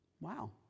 Wow